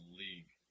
league